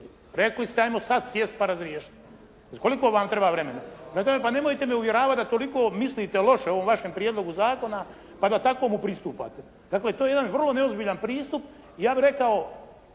Rekli ste ajmo sad sjesti pa razriješiti. Koliko vam treba vremena? Prema tome nemojte me uvjeravati da toliko mislite loše o ovom vašem prijedlogu zakona pa da tako mu pristupate. Dakle to je jedan vrlo neozbiljan pristup i ja bih rekao,